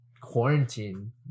quarantine